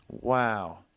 Wow